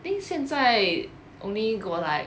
I think 现在 only got like